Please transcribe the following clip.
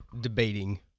Debating